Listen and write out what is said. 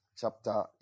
chapter